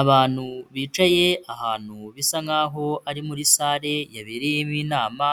Abantu bicaye ahantu bisa nkaho ari muri sale yabereyemo inama